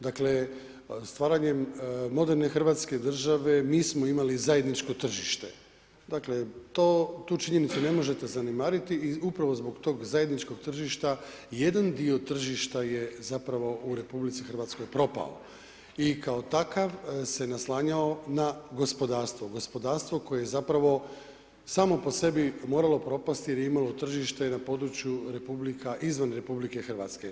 Dakle, stvaranjem moderne Hrvatske države mi smo imali zajedničko tržište, dakle to tu činjenicu ne možete zanemariti i upravo zbog tog zajedničkog tržišta jedan dio tržišta je zapravo u RH propao i kao takav se naslanjao na gospodarstvo, gospodarstvo koje zapravo samo po sebi moralo propast jer je imalo tržište na području republika izvan RH.